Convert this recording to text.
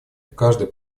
каждый